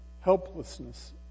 helplessness